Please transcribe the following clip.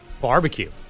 Barbecue